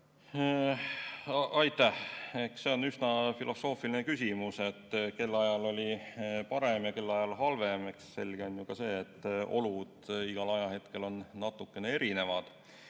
Aitäh! Eks see ole üsna filosoofiline küsimus, kelle ajal oli parem ja kelle ajal halvem. Selge on ka see, et olud on igal ajahetkel natukene erinevad.